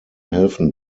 helfen